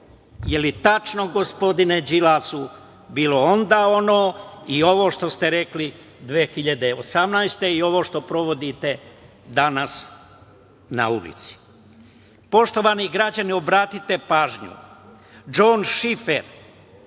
je tačno gospodine Đilasu bilo onda ono i ovo što ste rekli 2018. godine i ovo što sprovodite danas na ulici? Poštovani građani obratite pažnju, Džon Šifer,